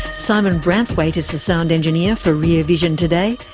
simon branthwaite is the sound engineer for rear vision today.